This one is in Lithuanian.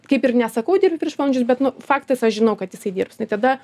kaip ir nesakau dirbt viršvalandžius bet nu faktas aš žinau kad jisai dirbs tai tada